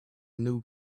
new